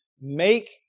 make